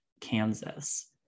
Kansas